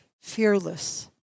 fearless